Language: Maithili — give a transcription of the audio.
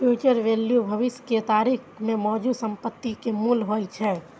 फ्यूचर वैल्यू भविष्य के तारीख मे मौजूदा संपत्ति के मूल्य होइ छै